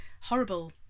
horrible